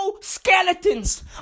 skeletons